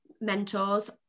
mentors